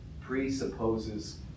presupposes